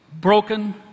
broken